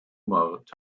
mord